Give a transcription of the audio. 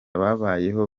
babayeho